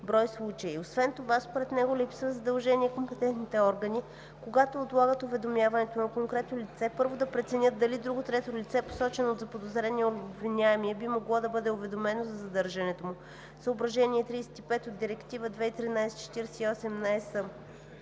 брой случаи. Освен това според него липсва задължение компетентните органи, когато отлагат уведомяването на конкретно лице, първо да преценят дали друго трето лице, посочено от заподозрения или обвиняемия, би могло да бъде уведомено за задържането му (съображение 35 от Директива 2013/48/ЕС).